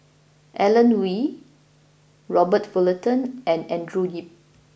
Alan Oei Robert Fullerton and Andrew Yip